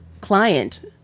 client